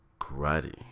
karate